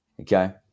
okay